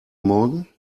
morgen